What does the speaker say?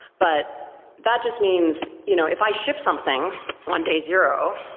but that just means you know if i ship something on day zero,